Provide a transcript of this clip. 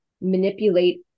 manipulate